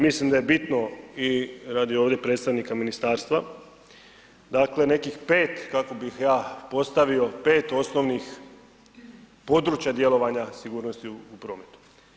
Mislim da je bitno i radi ovdje predstavnika ministarstva dakle, nekih 5 kako bih ja postavio, 5 osnovnih područja djelovanja sigurnosti u prometu.